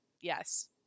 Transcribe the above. Yes